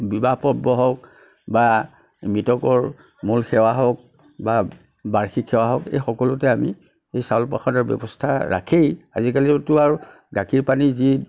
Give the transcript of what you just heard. বিবাহ পৰ্ব হওক বা মৃতকৰ মূল সেৱা হওক বা বাৰ্ষিক সেৱা হওক এই সকলোতে আমি এই চাউল প্ৰসাদৰ ব্যৱস্থা ৰাখেই আজিকালিওটো আৰু গাখীৰ পানীৰ যি